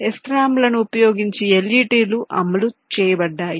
SRAM లను ఉపయోగించి LUT లు అమలు చేయబడతాయి